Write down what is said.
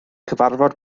cyfarfod